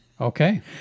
Okay